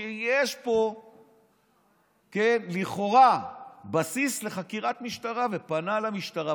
שיש פה לכאורה בסיס לחקירת משטרה ופנה למשטרה,